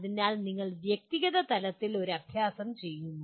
അതിനാൽ നിങ്ങൾ വ്യക്തിഗത തലത്തിൽ ഒരു അഭ്യാസം ചെയ്യുന്നു